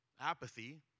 apathy